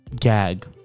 Gag